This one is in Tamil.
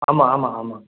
ஆமாம் ஆமாம் ஆமாம்